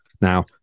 Now